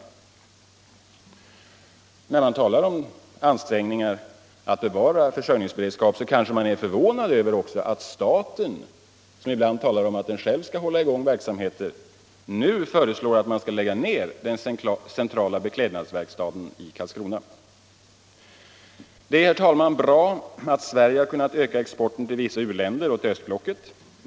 Med hänsyn till att regeringen talar om ansträngningar för att bevara vår försörjningsberedskap blir man också förvånad över att staten, som ibland talar om att den själv skall hålla i gång verksamheter, nu föreslår att centrala beklädnadsverkstaden i Karlskrona skall läggas ned. Det är bra att Sverige har kunnat ökat exporten till vissa u-länder och till östblocket.